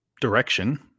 direction